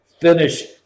finish